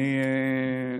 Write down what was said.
גם אדוני ראש העירייה לשעבר,